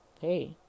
Hey